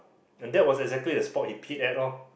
and that was exactly the spot he peed at loh